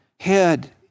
head